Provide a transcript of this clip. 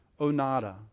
Onada